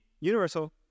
universal